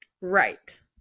Right